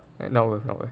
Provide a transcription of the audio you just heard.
not worth not worth